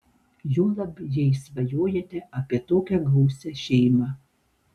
juolab jei svajojate apie tokią gausią šeimą